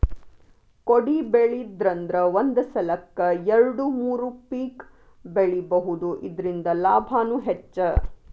ಕೊಡಿಬೆಳಿದ್ರಂದ ಒಂದ ಸಲಕ್ಕ ಎರ್ಡು ಮೂರು ಪಿಕ್ ಬೆಳಿಬಹುದು ಇರ್ದಿಂದ ಲಾಭಾನು ಹೆಚ್ಚ